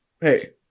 Hey